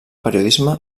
periodisme